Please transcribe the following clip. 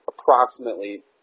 approximately